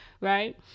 right